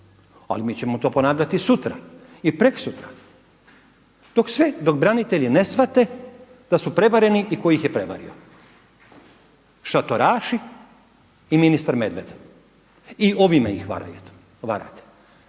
Ali mi ćemo to ponavljati i sutra, i prekosutra dok branitelji ne shvate da su prevareni i tko ih je prevario. Šatoraši i ministar Medved. I ovime ih varate.